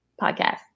Podcast